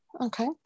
okay